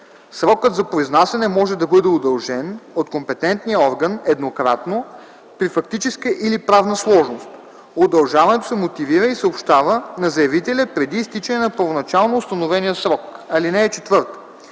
Срокът за произнасяне може да бъде удължен от компетентния орган еднократно, при фактическа или правна сложност. Удължаването се мотивира и съобщава на заявителя преди изтичане на първоначално установения срок. (4) Когато